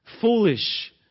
foolish